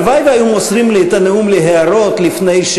הלוואי שהיו מוסרים לי את הנאום להערות לפני,